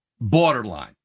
borderline